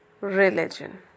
religion